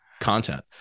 content